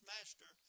Master